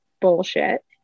bullshit